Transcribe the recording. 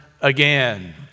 again